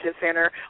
Center